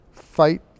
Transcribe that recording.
Fight